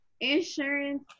insurance